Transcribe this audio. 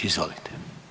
Izvolite.